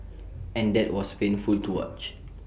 and that was painful to watch